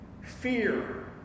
fear